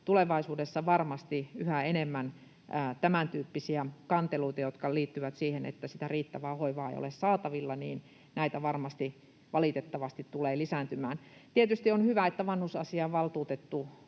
Tulevaisuudessa varmasti yhä enemmän on tämäntyyppisiä kanteluita, jotka liittyvät siihen, että sitä riittävää hoivaa ei ole saatavilla. Nämä varmasti valitettavasti tulevat lisääntymään. Tietysti on hyvä, että vanhusasiainvaltuutettu,